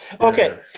Okay